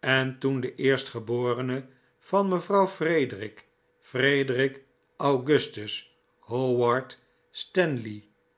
en toen de eerstgeborene van mevrouw frederic frederic augustus howard stanley